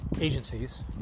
agencies